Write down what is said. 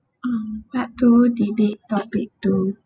um part two debate topic two